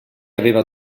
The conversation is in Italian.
aveva